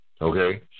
okay